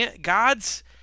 God's